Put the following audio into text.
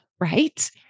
right